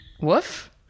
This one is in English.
Woof